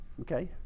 Okay